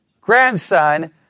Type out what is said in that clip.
grandson